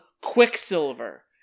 Quicksilver